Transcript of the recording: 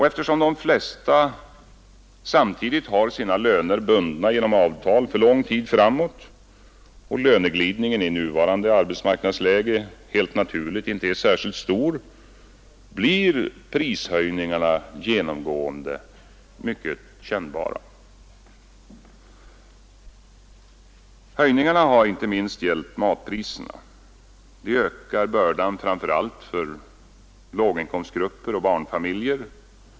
Eftersom de flesta samtidigt har sina löner bundna genom avtal för lång tid framåt och löneglidningen i nuvarande arbetsmarknadsläge helt naturligt inte är särskilt stor, blir prishöjningarna genomgående mycket kännbara. Höjningarna har inte minst gällt matpriserna. Det ökar bördan framför allt för låginkomstgrupper och barnfamiljer.